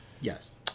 Yes